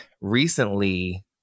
recently